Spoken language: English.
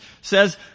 says